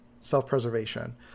self-preservation